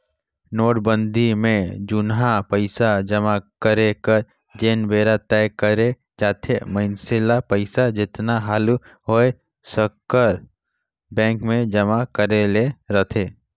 नोटबंदी में जुनहा पइसा जमा करे कर जेन बेरा तय करे जाथे मइनसे ल पइसा जेतना हालु होए सकर बेंक में जमा करे ले रहथे